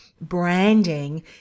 branding